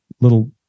little